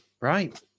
Right